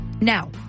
Now